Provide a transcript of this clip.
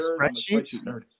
spreadsheets